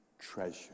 Treasure